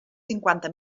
cinquanta